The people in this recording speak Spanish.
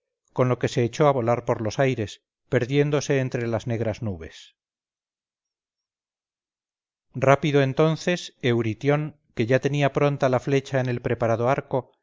con lo que se echó a volar por los aires perdiéndose entre las negras nubes rápido entonces euritión que ya tenía pronta la flecha en el preparado arco